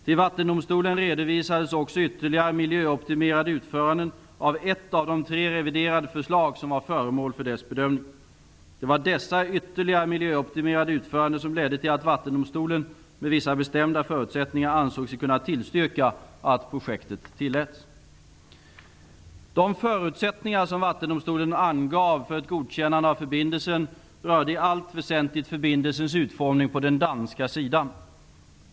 Till Vattendomstolen redovisades också ytterligare miljöoptimerade utföranden av ett av de tre reviderade förslag som var föremål för dess bedömning. Det var dessa ytterligare miljöoptimerade utföranden som ledde till att Vattendomstolen, med vissa bestämda förutsättningar, ansåg sig kunna tillstyrka att projektet tilläts. De förutsättningar som Vattendomstolen angav för ett godkännande av förbindelsen rörde i allt väsentligt förbindelsens utformning på den danska sidan.